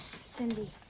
Cindy